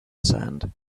sand